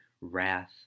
wrath